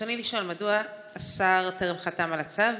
רצוני לשאול: 1. מדוע השר טרם חתם על הצו?